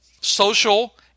social